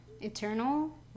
eternal